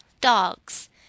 dogs